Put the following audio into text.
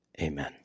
Amen